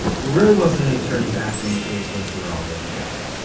there really wasn't any turning back from the case once we were all there together.